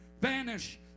vanish